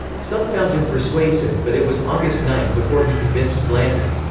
some found him persuasive, but it was august nine before he convinced blandy.